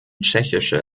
tschechische